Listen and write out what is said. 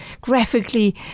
graphically